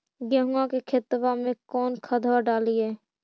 गेहुआ के खेतवा में कौन खदबा डालिए?